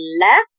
left